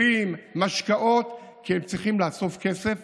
כלים, משקאות, כי הם צריכים לאסוף כסף